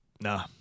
Nah